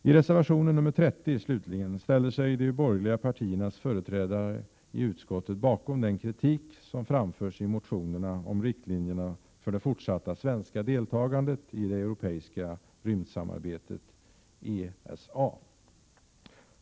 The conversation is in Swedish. I reservation nr 30, slutligen, ställer sig de borgerliga partiernas företrädare i utskottet bakom den kritik som framförs i motionerna om riktlinjerna för det fortsatta svenska deltagandet i det europeiska rymdsamarbetet ESA.